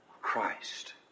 Christ